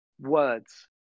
words